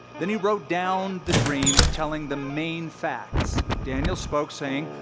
then he wrote down the dream telling the main facts. daniel spoke saying,